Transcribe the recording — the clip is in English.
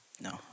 No